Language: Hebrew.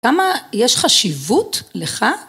‫כמה יש חשיבות לך..